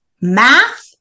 math